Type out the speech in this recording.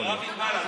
יכול להיות.